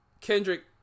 Kendrick